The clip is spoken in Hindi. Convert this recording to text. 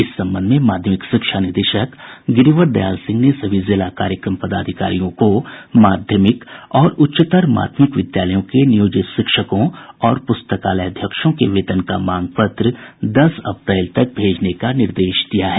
इस संबंध में माध्यमिक शिक्षा निदेशक गिरिवर दयाल सिंह ने सभी जिला कार्यक्रम पदाधिकारियों को माध्यमिक और उच्चतर माध्यमिक विद्यालयों के नियोजित शिक्षकों और पुस्तकालयाध्यक्षों के वेतन का मांग पत्र दस अप्रैल तक भेजने का निर्देश दिया है